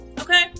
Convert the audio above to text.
okay